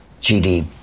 GD